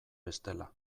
bestela